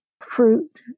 fruit